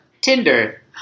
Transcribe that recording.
Tinder